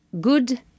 good